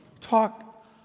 talk